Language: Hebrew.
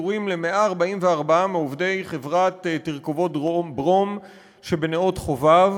פיטורים ל-144 מעובדי חברת "תרכובות ברום" שבנאות-חובב,